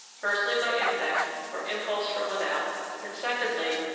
firstly by impact, or impulse from without and, secondly,